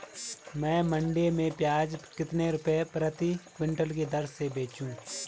मैं मंडी में प्याज कितने रुपये प्रति क्विंटल की दर से बेचूं?